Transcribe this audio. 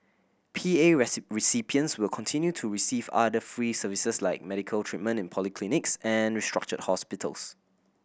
P A recipients will continue to receive other free services like medical treatment in polyclinics and restructured hospitals